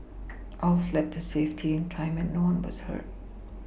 all fled to safety in time and no one was hurt